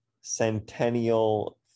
Centennial